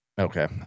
Okay